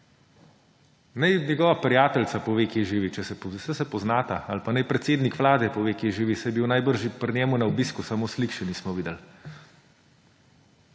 Naj njegova prijateljica pove, kje živi, saj se poznata. Ali pa naj predsednik vlade pove, kje živi, saj je bil najbrž pri njem na obisku, samo slik še nismo videli.